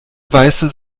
weiße